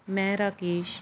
ਮੈਂ ਰਾਕੇਸ਼